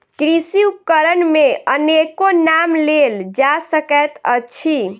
कृषि उपकरण मे अनेको नाम लेल जा सकैत अछि